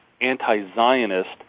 anti-Zionist